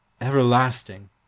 Everlasting